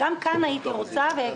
גם על זה הייתי רוצה לשמוע.